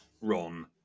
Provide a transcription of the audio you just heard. Ron